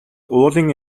уулын